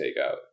takeout